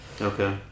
Okay